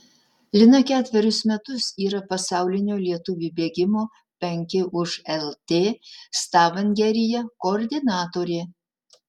lina ketverius metus yra pasaulinio lietuvių bėgimo penki už lt stavangeryje koordinatorė